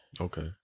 Okay